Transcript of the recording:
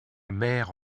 mère